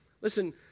Listen